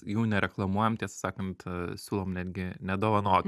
jų nereklamuojam tiesą sakant a siūlom netgi nedovanot